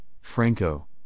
Franco